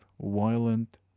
violent